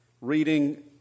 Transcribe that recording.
reading